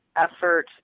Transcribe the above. effort